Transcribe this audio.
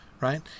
Right